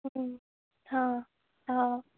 ہاں ہاں